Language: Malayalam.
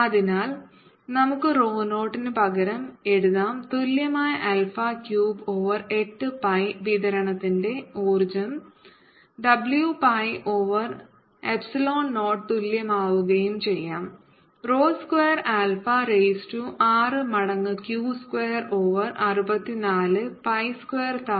അതിനാൽ നമുക്ക് റോ 0 ന് പകരം എഴുതാം തുല്യമായ ആൽഫ ക്യൂബ് ഓവർ 8 pi വിതരണത്തിന്റെ ഊർജ്ജം w pi ഓവർ എപ്സിലോൺ 0 തുല്യമാവുകയും ചെയ്യാം rho square alpha raise to 6 മടങ്ങ് Q square over 64 pi square തവണ ആൽഫ റൈസ് ടു 5